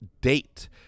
date